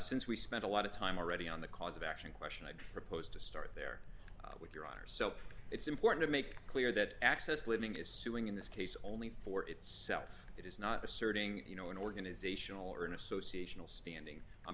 since we spent a lot of time already on the cause of action question i proposed to start there with your honor so it's important to make clear that access living is suing in this case only for itself it is not asserting you know an organisational or an association is standing on